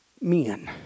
men